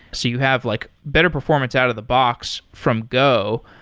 so you have like better performance out of the box from go.